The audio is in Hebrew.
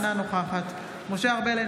אינה נוכחת משה ארבל,